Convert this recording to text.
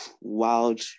wild